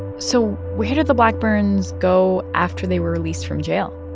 so where did the blackburns go after they were released from jail?